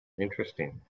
Interesting